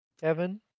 Kevin